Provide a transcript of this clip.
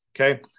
okay